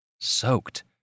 soaked